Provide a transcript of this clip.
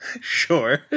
sure